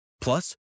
Plus